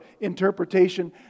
interpretation